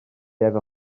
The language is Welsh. efo